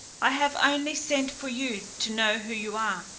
i have only sent for you to know who you are,